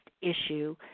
issue